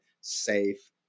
safe